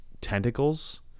tentacles